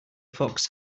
fox